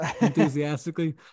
enthusiastically